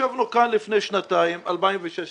ישבנו כאן לפני שנתיים בשנת 2016